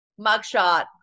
mugshot